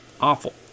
Awful